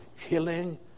killing